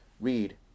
read